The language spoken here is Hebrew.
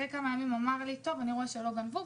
לאחר כמה ימים הוא אמר: אני רואה שלא גנבו,